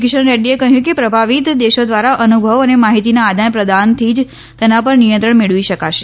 કિશન રેડીએ કહ્યું કે પ્રભાવિત દેશો દ્વારા અનુભવ અને માહિતીના આદાન પ્રદાનથી જ તેના પર નિયંત્રણ મેળવી શકાશે